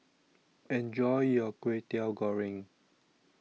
Enjoy your Kwetiau Goreng